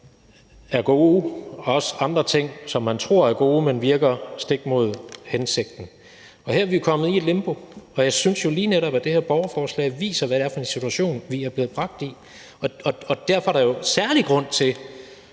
er gode, og andre ting, som man tror er gode, men som virker stik imod hensigten. Her er vi kommet i et limbo, og jeg synes, at lige netop det her borgerforslag viser, hvad det er for en situation, vi er blevet bragt i, og derfor er der jo særlig grund til